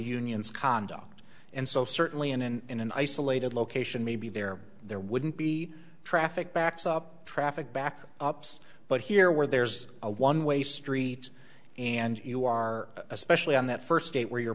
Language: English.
unions conduct and so certainly in an in an isolated location maybe there there wouldn't be traffic backs up traffic back ups but here where there's a one way street and you are especially on that first state where you're